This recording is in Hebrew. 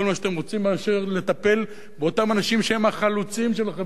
ולא לטפל באותם אנשים שהם החלוצים של החברה הישראלית היום,